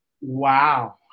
Wow